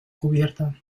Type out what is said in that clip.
cubierta